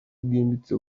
bwimbitse